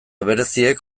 bereziek